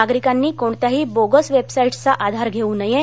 नागरिकांनी कोणत्याही बोगस वेबसाईटचा आधार घेऊ नये